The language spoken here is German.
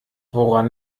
woran